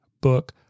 book